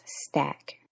stack